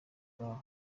bwawe